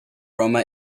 roma